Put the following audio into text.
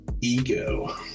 ego